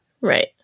right